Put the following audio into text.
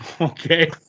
Okay